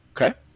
Okay